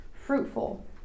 fruitful